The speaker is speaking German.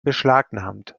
beschlagnahmt